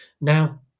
Now